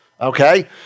Okay